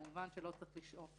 כמובן, לא צריך לשאוף